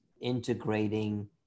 integrating